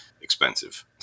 expensive